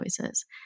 choices